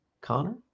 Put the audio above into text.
Connor